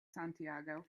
santiago